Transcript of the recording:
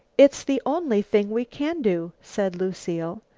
it's the only thing we can do, said lucile.